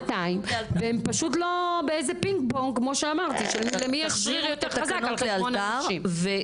והם פשוט בפינג-פונג למי יש שריר יותר חזק על חשבון הנשים.